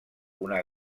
una